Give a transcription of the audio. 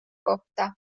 kohta